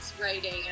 writing